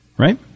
Right